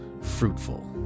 fruitful